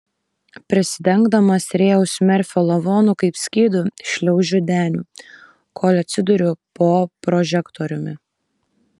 prisidengdamas rėjaus merfio lavonu kaip skydu šliaužiu deniu kol atsiduriu po prožektoriumi